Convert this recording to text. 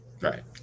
Right